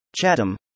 Chatham